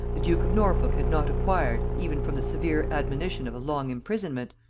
the duke of norfolk had not acquired, even from the severe admonition of a long imprisonment,